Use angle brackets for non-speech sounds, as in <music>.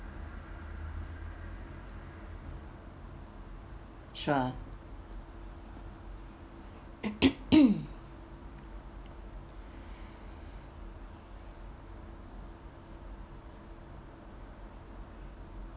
sure <coughs>